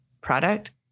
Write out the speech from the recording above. product